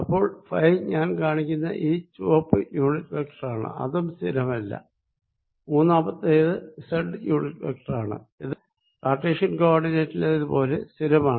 അപ്പോൾ ഫൈ ഞാൻ കാണിക്കുന്ന ഈ ചുവപ്പു യൂണിറ്റ് വെക്ടറാണ് ഇതും സ്ഥിരമല്ല മൂന്നാമത്തേത് സെഡ് യൂണിറ്റ് വെക്ടറാണ് ഇത് കാർട്ടീഷ്യൻ കോ ഓർഡിനേറ്റിലേത് പോലെ സ്ഥിരമാണ്